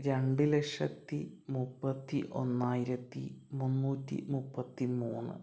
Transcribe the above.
രണ്ടുലക്ഷത്തി മുപ്പത്തി ഒന്നായിരത്തി മുന്നൂറ്റി മുപ്പത്തിമൂന്നു